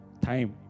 time